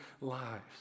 lives